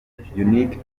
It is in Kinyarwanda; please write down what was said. unique